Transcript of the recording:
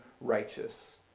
righteous